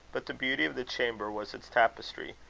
but the beauty of the chamber was its tapestry.